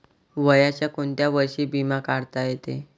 वयाच्या कोंत्या वर्षी बिमा काढता येते?